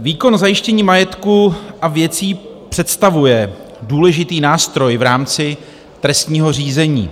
Výkon zajištění majetku a věcí představuje důležitý nástroj v rámci trestního řízení.